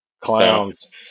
Clowns